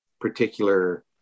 particular